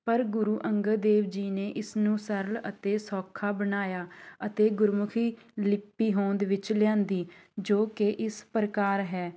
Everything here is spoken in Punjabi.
ਪਰ ਗੁਰੂ ਅੰਗਦ ਦੇਵ ਜੀ ਨੇ ਇਸਨੂੰ ਸਰਲ ਅਤੇ ਸੌਖਾ ਬਣਾਇਆ ਅਤੇ ਗੁਰਮੁਖੀ ਲਿਪੀ ਹੋਂਦ ਵਿੱਚ ਲਿਆਂਦੀ ਜੋ ਕਿ ਇਸ ਪ੍ਰਕਾਰ ਹੈ